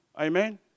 Amen